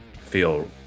feel